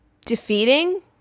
defeating